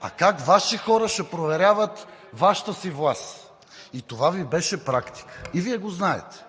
А как Ваши хора ще проверяват Вашата си власт? И това Ви беше практика, и Вие го знаете.